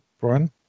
Brian